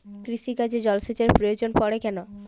কৃষিকাজে জলসেচের প্রয়োজন পড়ে কেন?